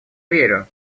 верю